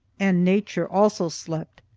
and nature also slept,